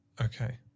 Okay